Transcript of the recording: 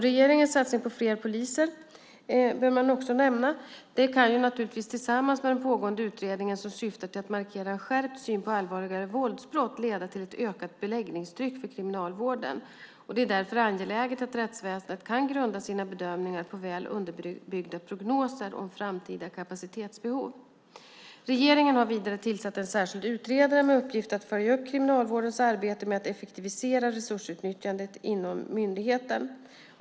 Regeringens satsning på fler poliser, vilken man också bör nämna, kan naturligtvis tillsammans med den pågående utredningen som syftar till att markera en skärpt syn på allvarligare våldsbrott leda till ett ökat beläggningstryck för kriminalvården. Det är därför angeläget att rättsväsendet kan grunda sina bedömningar på väl underbyggda prognoser om framtida kapacitetsbehov. Regeringen har vidare tillsatt en särskild utredare med uppgift att följa upp Kriminalvårdens arbete med att effektivisera resursutnyttjandet inom myndigheten.